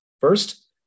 First